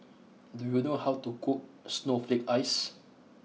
do you know how to cook Snowflake Ice